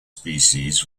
species